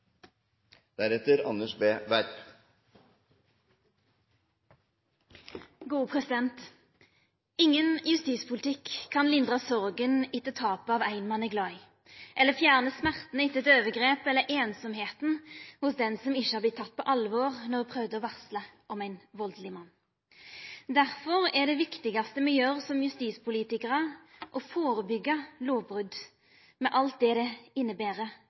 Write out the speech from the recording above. minutter. – Det anses vedtatt. Ingen justispolitikk kan lindra sorga etter tapet av ein ein er glad i, fjerna smerta etter eit overgrep eller einsemda hos ho som ikkje har vorte teken på alvor då ho prøvde å varsla om ein valdeleg mann. Derfor er det viktigaste me gjer som justispolitikarar, å førebyggja lovbrot med alt det det inneber